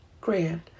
grand